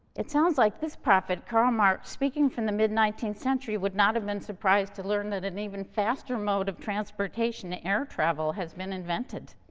it sounds like this prophet, karl marx, speaking from the mid-nineteenth century, would not have been surprised to learn that an even faster mode of transportation, air travel, has been invented.